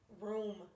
room